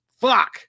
Fuck